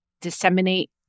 disseminate